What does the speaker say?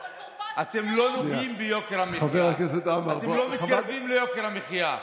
אתם לא מתקרבים ליוקר המחיה.